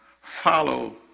Follow